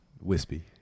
wispy